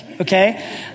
Okay